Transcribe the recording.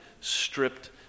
stripped